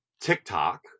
TikTok